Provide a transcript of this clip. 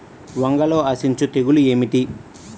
వంగలో ఆశించు తెగులు ఏమిటి?